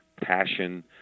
passion